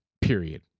period